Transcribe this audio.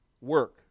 work